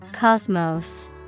Cosmos